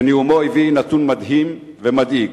בנאומו הביא נתון מדהים ומדאיג,